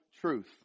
truth